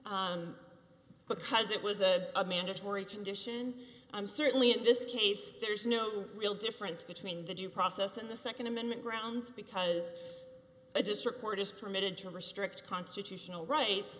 grounds because it was a mandatory condition i'm certainly in this case there is no real difference between the due process and the nd amendment grounds because i just report is permitted to restrict constitutional rights